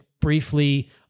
briefly